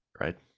right